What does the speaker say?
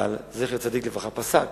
זכר צדיק לברכה, פסק